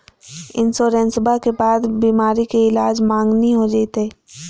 इंसोरेंसबा के बाद बीमारी के ईलाज मांगनी हो जयते?